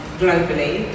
globally